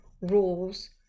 rules